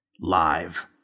live